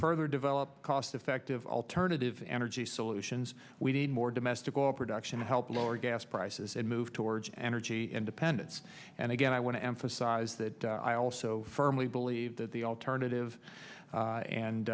further develop cost effective alternative energy solutions we need more domestic oil production to help lower gas prices and move towards energy independence and again i want to emphasize that i also firmly believe that the alternative